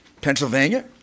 Pennsylvania